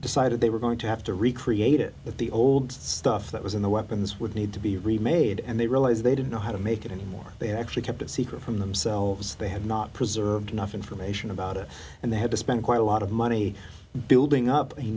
decided they were going to have to recreate it at the old stuff that was in the weapons would need to be remade and they realize they didn't know how to make it any more they actually kept it secret from themselves they had not preserved enough information about it and they had to spend quite a lot of money building up a